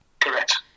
Correct